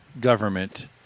government